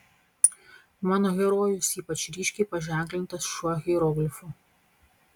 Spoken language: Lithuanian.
mano herojus ypač ryškiai paženklintas šiuo hieroglifu